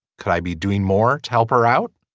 could i be doing more to help her out.